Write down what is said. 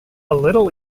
little